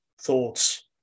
thoughts